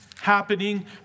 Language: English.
Happening